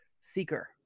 Seeker